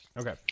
Okay